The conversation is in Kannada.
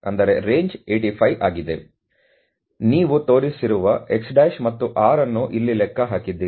ಆದ್ದರಿಂದ ನೀವು ತೋರಿಸಿರುವ x' ಮತ್ತು R ಅನ್ನು ಇಲ್ಲಿ ಲೆಕ್ಕ ಹಾಕಿದ್ದೀರಿ